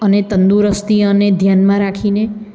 અને તંદુરસ્તી અને ધ્યાનમાં રાખીને